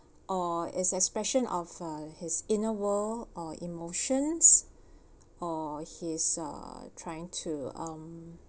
or it's expression of uh his inner world or emotions or his uh trying to um